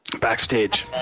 Backstage